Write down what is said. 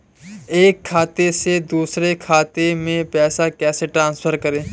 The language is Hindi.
एक खाते से दूसरे खाते में पैसे कैसे ट्रांसफर करें?